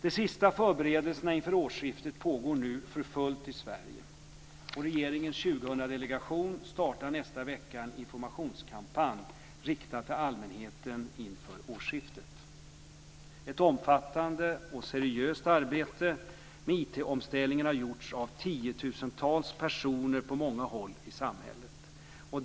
De sista förberedelserna inför årsskiftet pågår nu för fullt i Sverige. Regeringens 2000-delegation startar nästa vecka en informationskampanj riktad till allmänheten inför årsskiftet. Ett omfattande och seriöst arbete med IT omställningen har gjorts av tiotusentals personer på många håll i samhället.